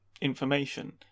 information